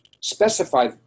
Specify